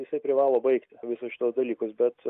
jisai privalo baigti visus šituos dalykus bet